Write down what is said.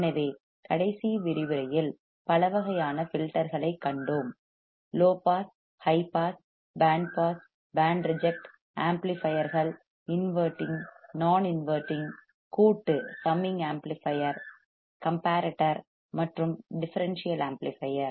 எனவே கடைசி விரிவுரையில் பல வகையான ஃபில்டர்களைக் கண்டோம் low pass high pass band pass band reject ஆம்ப்ளிபையர்கள் இன்வெர்ட்டிங் நான் இன்வெர்ட்டிங் கூட்டு சம்மிங் ஆம்ப்ளிபையர் கம்பேரட்டர் மற்றும் டிஃபரன்ஸ்சியல் ஆம்ப்ளிபையர்